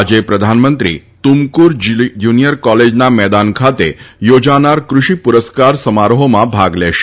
આજે પ્રધાનમંત્રી તુમકુરૂ જુનિયર કોલેજના મેદાન ખાતે યોજાનાર કૃષિપુરસ્કાર સમારોહમાં ભાગ લેશે